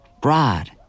broad